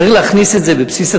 צריך להכניס את זה בבסיס התקציב,